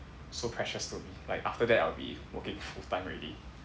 so precious to me like after that I'll be working full time already